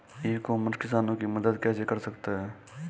ई commerce किसानों की मदद कैसे कर सकता है?